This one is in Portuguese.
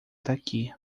daqui